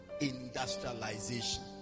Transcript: industrialization